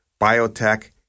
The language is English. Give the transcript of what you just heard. biotech